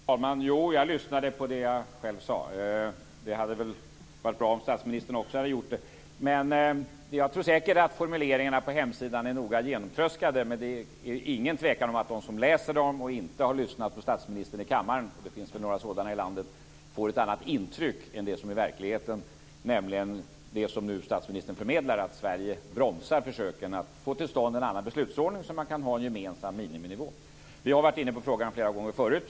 Fru talman! Jo, jag lyssnade på det jag själv sade. Det hade varit bra om statsministern också hade gjort det. Jag tror säkert att formuleringarna på hemsidan är noga genomtröskade, men det är ingen tvekan om att de som läser dem och inte har lyssnat på statsministern i kammaren - det finns väl några sådana i landet - får ett annat intryck än det som är verkligheten, nämligen det som statsministern nu förmedlar, att Sverige bromsar försöken att få till stånd en annan beslutsordning så att man kan ha en gemensam miniminivå. Vi har varit inne på frågan flera gånger förut.